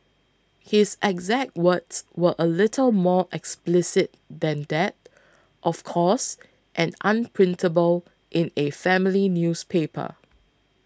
his exact words were a little more explicit than that of course and unprintable in a family newspaper